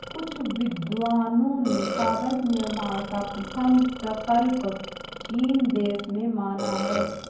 कुछ विद्वानों ने कागज निर्माण का प्रथम प्रकल्प चीन देश में माना है